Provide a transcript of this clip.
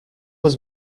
was